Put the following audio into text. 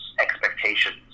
expectations